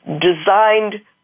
designed